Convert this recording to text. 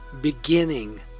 beginning